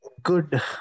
Good